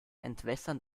entwässern